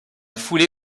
foulée